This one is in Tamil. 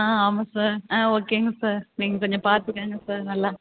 ஆ ஆமாம் சார் ஆ ஓகேங்க சார் நீங்கள் கொஞ்சம் பார்த்துக்கங்க சார் நல்லா